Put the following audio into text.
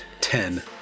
ten